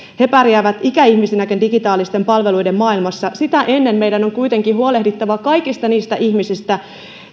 he pärjäävä ikäihmisinäkin digitaalisten palveluiden maailmassa sitä ennen meidän on kuitenkin huolehdittava kaikista niistä ihmisistä